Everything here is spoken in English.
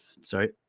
sorry